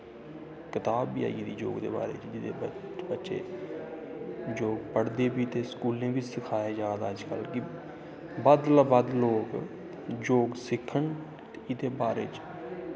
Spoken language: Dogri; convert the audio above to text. कताब बी आइ गेदी योग दे बारे च बच्चे योग पढ़दे बी ते स्कूलें बी सखाया जा दा अज कल कि बध्द कोला बध्द लोग योग सिक्खन ते एह्दे बारे च